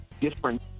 different